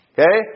Okay